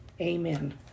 Amen